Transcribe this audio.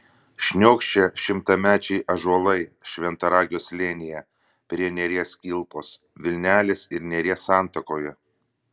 šniokščia šimtamečiai ąžuolai šventaragio slėnyje prie neries kilpos vilnelės ir neries santakoje